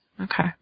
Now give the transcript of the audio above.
Okay